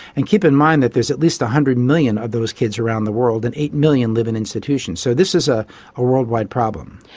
and keep in mind that there is at least one hundred million of those kids around the world and eight million live in institutions. so this is a worldwide problem.